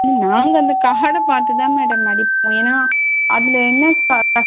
ம் நாங்கள் அந்த கார்டை பார்த்து தான் மேடம் அடிப்போம் ஏன்னால் அதில் என்ன க